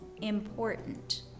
important